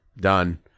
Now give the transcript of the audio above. done